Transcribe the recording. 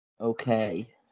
Okay